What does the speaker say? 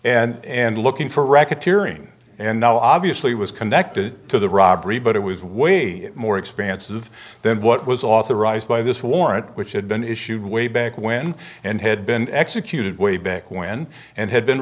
cetera and looking for record tearing and now obviously was connected to the robbery but it was way more expansive than what was authorized by this warrant which had been issued way back when and had been executed way back when and had been